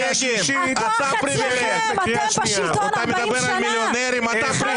ולדימיר, אתה בקריאה שלישית.